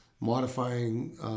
modifying